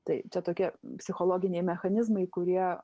tai čia tokie psichologiniai mechanizmai kurie